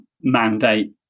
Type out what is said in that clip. mandate